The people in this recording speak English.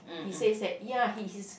he says that ya he he's